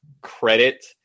credit